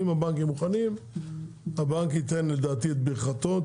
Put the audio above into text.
אם הבנקים מוכנים, הבנק ייתן לדעתי את ברכתו.